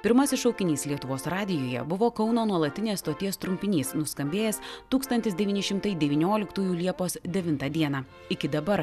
pirmasis šaukinys lietuvos radijuje buvo kauno nuolatinės stoties trumpinys nuskambėjęs tūkstantis devyni šimtai devynioliktųjų liepos devintą dieną iki dabar